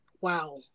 wow